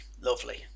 lovely